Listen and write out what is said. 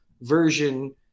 version